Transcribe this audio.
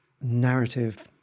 narrative